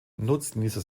nutznießer